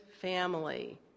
family